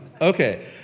Okay